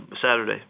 Saturday